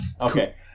Okay